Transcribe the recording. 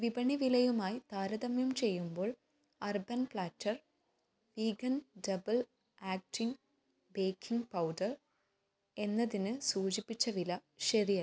വിപണി വിലയുമായി താരതമ്യം ചെയ്യുമ്പോൾ urban platter vegan double acting baking powder എന്നതിന് സൂചിപ്പിച്ച വില ശരിയല്ല